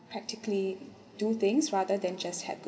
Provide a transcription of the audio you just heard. practically do things rather than just have